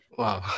Wow